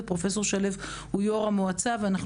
פרופסור שלו הוא יושב-ראש המועצה ואנחנו